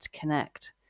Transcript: connect